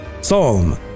Psalm